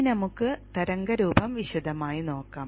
ഇനി നമുക്ക് തരംഗരൂപം വിശദമായി നോക്കാം